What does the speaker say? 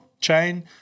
chain